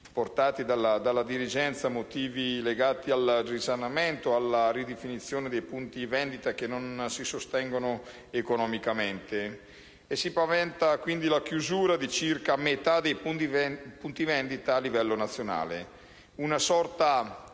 portati dalla dirigenza motivi legati al risanamento e alla ridefinizione dei punti vendita che non si sostengono economicamente. Si paventa quindi la chiusura di circa la metà dei punti vendita a livello nazionale: una sorta di